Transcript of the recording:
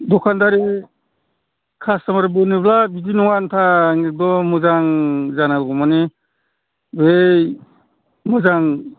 दखानदारि कासट'मार बोनोब्ला बिदि नङा नोंथां एगदम मोजां जानांगौ माने बै मोजां